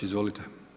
Izvolite.